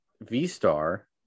V-Star